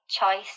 Choice